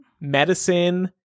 medicine